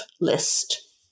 list